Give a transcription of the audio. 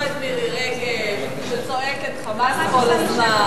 לא את מירי רגב שצועקת חמס כל הזמן,